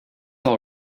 all